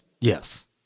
Yes